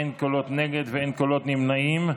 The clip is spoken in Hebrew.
אין קולות נגד ואין קולות נמנעים.